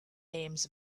names